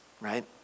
right